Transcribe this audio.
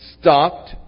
stopped